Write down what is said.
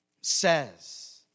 says